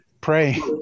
pray